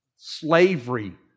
Slavery